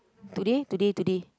today today today